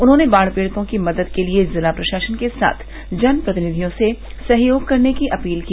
उन्होंने बाढ़ पीड़ितों की मदद के लिए जिला प्रशासन के साथ जनप्रतिनिधियों से सहयोग करने की अपील की